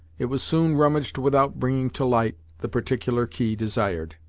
it was soon rummaged without bringing to light the particular key desired.